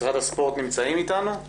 משרד הספורט נמצאים איתנו?